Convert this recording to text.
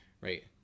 Right